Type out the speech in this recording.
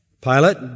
Pilate